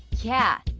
yeah,